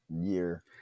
year